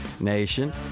nation